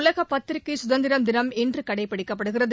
உலக பத்திரிகை சுதந்திர தினம் இன்று கடைப்பிடிக்கப்படுகிறது